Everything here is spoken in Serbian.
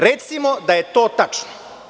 Recimo da je to tačno.